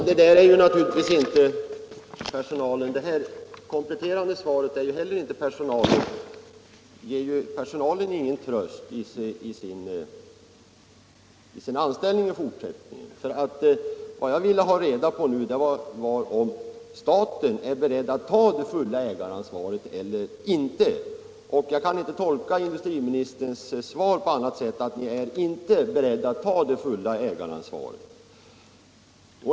Herr talman! Det här kompletterande svaret ger naturligtvis inte heller personalen någon tröst i fråga om dess fortsatta anställning. Vad jag ville ha reda på var om staten är beredd att ta det fulla ägaransvaret eller inte. Jag kan inte tolka industriministerns svar på annat sätt än att staten inte är beredd att ta det fulla ägaransvaret.